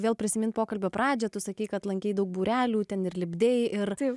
vėl prisiminti pokalbio pradžią tu sakei kad lankei daug būrelių ten ir lipdei ir